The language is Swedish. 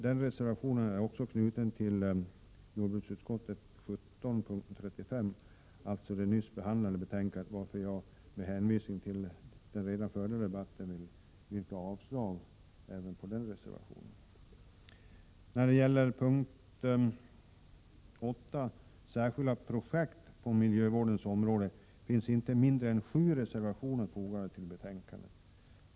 Den reservationen är också knuten till punkt 35 i jordbruksutskottets betänkande 17, alltså det nyss behandlade betänkandet, varför jag med hänvisning till den redan förda debatten yrkar avslag även på den reservationen. När det gäller punkt 8, Särskilda projekt på miljövårdens område, finns inte mindre än sju reservationer fogade till betänkandet.